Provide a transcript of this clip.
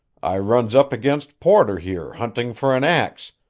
i runs up against porter here hunting for an ax,